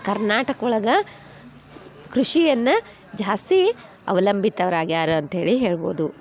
ಕರ್ನಾಟಕ ಒಳಗೆ ಕೃಷಿಯನ್ನ ಜಾಸ್ತಿ ಅವಲಂಬಿತ ಅವ್ರು ಆಗ್ಯಾರ ಅಂತ್ಹೇಳಿ ಹೇಳ್ಬೋದು